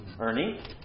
Ernie